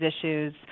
issues